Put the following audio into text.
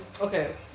Okay